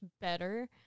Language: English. better